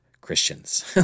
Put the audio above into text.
Christians